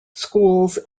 schools